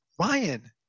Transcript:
Ryan